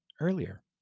earlier